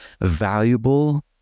valuable